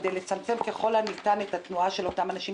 כדי לצמצם ככל הניתן את התנועה של אותם אנשים.